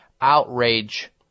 outrage